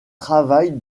travaille